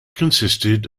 consisted